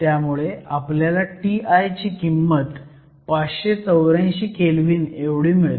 त्यामुळे आपल्याला Ti ची किंमत 584 केल्व्हीन मिळते